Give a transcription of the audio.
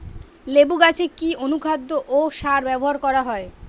লেবু গাছে কি অনুখাদ্য ও সার ব্যবহার করা হয়?